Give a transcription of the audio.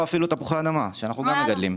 או אפילו תפוחי אדמה, שאנחנו גם מגדלים.